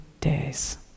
days